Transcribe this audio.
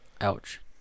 Ouch